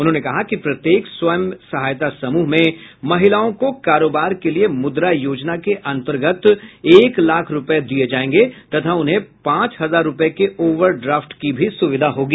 उन्होंने कहा कि प्रत्येक स्व सहायता समूह में महिलाओं को कारोबार के लिए मुद्रा योजना के अन्तर्गत एक लाख रूपये दिये जायेंगे तथा उन्हें पांच हजार रूपये के ओवर ड्राफ्ट की भी सुविधा होगी